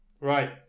Right